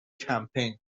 کمپین